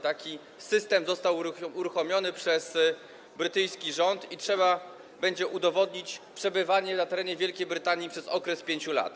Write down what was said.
Taki system został uruchomiony przez brytyjski rząd i trzeba będzie udowodnić przebywanie na terenie Wielkiej Brytanii przez okres 5 lat.